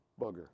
bugger